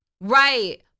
Right